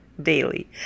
daily